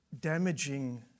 damaging